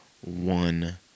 one